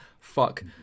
Fuck